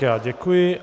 Já děkuji.